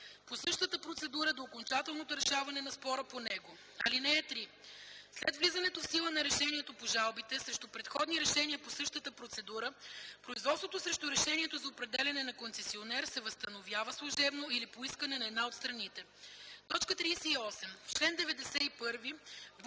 по същата процедура до окончателното решаване на спора по него. (3) След влизането в сила на решението по жалбите срещу предходни решения по същата процедура производството срещу решението за определяне на концесионер се възстановява служебно или по искане на една от страните.” 38. В чл. 91: